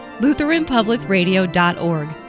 LutheranPublicRadio.org